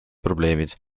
probleemid